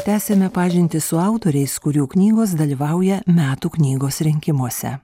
tęsiame pažintį su autoriais kurių knygos dalyvauja metų knygos rinkimuose